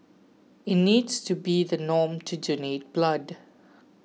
it needs to be the norm to donate blood